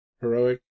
Heroic